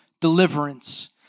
deliverance